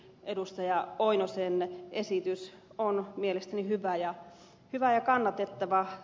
lauri oinosen esitys on mielestäni hyvä ja kannatettava